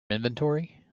inventory